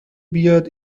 بیاد